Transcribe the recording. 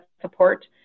support